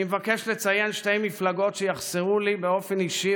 אני מבקש לציין שתי מפלגות שיחסרו לי באופן אישי,